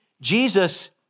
Jesus